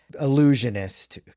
illusionist